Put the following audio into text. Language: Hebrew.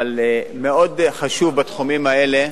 אבל מאוד חשוב בתחומים האלה,